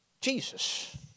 Jesus